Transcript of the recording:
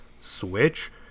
switch